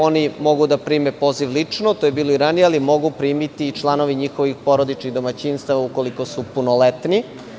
Oni mogu da prime poziv lično, to je bilo i ranije, ali mogu primiti i članovi njihovih porodičnih domaćinstava, ukoliko su punoletni.